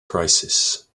crisis